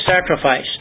sacrifice